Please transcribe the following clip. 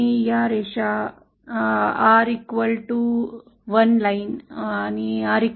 या रेषा एका रेषेच्या आर सारख्या आहेत आर 0